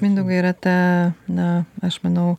mindaugui yra ta na aš manau